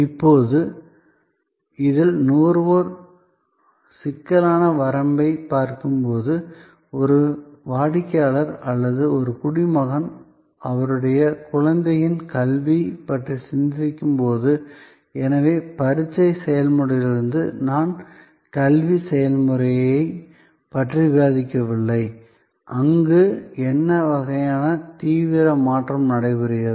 இப்போது இதில் நுகர்வோர் சிக்கலான வரம்பைப் பார்க்கும்போது ஒரு வாடிக்கையாளர் அல்லது ஒரு குடிமகன் அவருடைய குழந்தைகளுக்கு கல்வி பற்றி சிந்திக்கும்போதுஎனவே பரீட்சை செயல்முறையிலிருந்து நான் கல்வி செயல்முறையைப் பற்றி விவாதிக்கவில்லை அங்கு என்ன வகையான தீவிர மாற்றம் நடைபெறுகிறது